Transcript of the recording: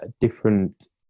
different